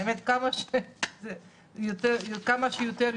כמה שיותר,